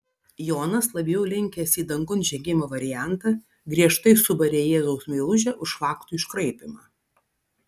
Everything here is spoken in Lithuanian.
jonas labiau linkęs į dangun žengimo variantą griežtai subarė jėzaus meilužę už faktų iškraipymą